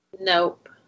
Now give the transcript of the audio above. Nope